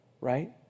right